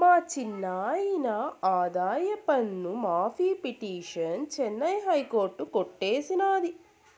మా చిన్నాయిన ఆదాయపన్ను మాఫీ పిటిసన్ చెన్నై హైకోర్టు కొట్టేసినాది